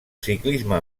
ciclisme